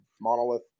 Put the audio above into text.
monolith